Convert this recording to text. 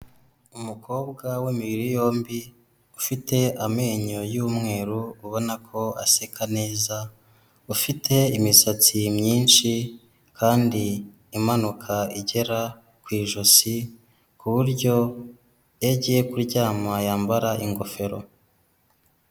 Umukobwa w'imibiri yombi, ufite amenyo y'umweru ubona ko aseka neza, ufite imisatsi myinshi kandi imanuka igera ku ijosi, ku buryo iyo agiye kuryama yambara ingofero.